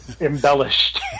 embellished